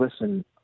listen